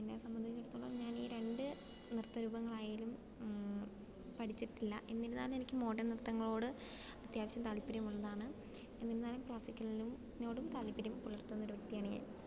എന്നെ സംബന്ധിച്ചിടത്തോളം ഞാന് ഈ രണ്ട് നൃത്തരൂപങ്ങളായാലും പഠിച്ചിട്ടില്ല എന്നിരുന്നാലും എനിക്ക് മോഡേൺ നൃത്തങ്ങളോട് അത്യാവശ്യം താല്പര്യമുള്ളതാണ് എന്നിരുന്നാലും ക്ലാസിക്കലിനോടും താല്പര്യം പുലർത്തുന്നൊരു വ്യക്തിയാണ് ഞാൻ